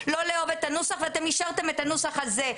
לא לאהוב את הנוסח ואתם אישרתם את הנוסח הזה.